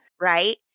Right